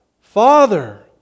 Father